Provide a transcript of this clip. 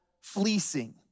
fleecing